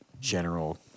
general